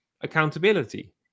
accountability